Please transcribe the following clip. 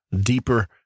deeper